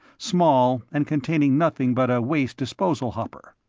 small and containing nothing but a waste disposal hopper.